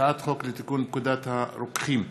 הצעת חוק לתיקון פקודת הרוקחים (מס'